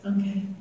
Okay